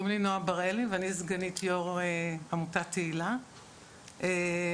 אני סגנית עמותת תהל"ה,